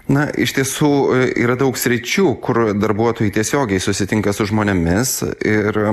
na iš tiesų yra daug sričių kur darbuotojai tiesiogiai susitinka su žmonėmis ir